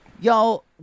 Y'all